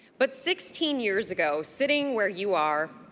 but sixteen years ago sitting where you are,